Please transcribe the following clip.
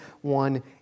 One